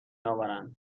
آورند